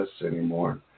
anymore